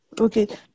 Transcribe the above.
okay